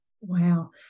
Wow